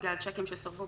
בגלל צ'קים שסורבו,